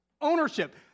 ownership